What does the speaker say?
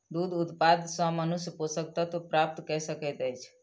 दूध उत्पाद सॅ मनुष्य पोषक तत्व प्राप्त कय सकैत अछि